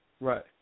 Right